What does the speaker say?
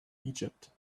egypt